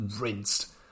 rinsed